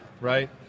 right